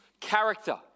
character